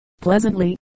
Pleasantly